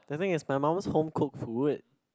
I think it's my mum's home cook food